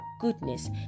goodness